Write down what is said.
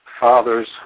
Father's